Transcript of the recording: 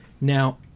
Now